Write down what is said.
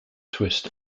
twist